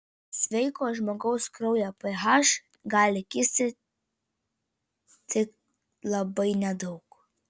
sveiko žmogaus kraujo ph gali kisti tik labai nedaug